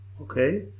okay